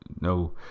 No